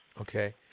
Okay